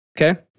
okay